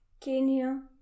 Kenya